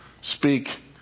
speak